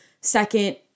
Second